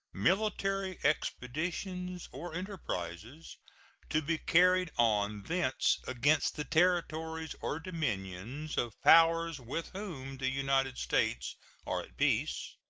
military expeditions or enterprises to be carried on thence against the territories or dominions of powers with whom the united states are at peace,